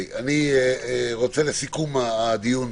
לסיכום הדיון,